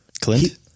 Clint